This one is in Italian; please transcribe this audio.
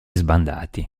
sbandati